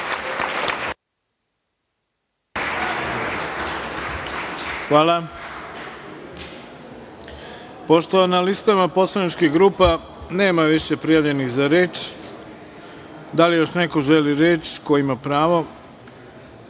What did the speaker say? Hvala. Pošto na listama poslaničkih grupa nema više prijavljenih za reč, da li još neko želi reč ko ima pravo? Reč